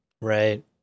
Right